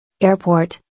Airport